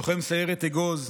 לוחם סיירת אגוז,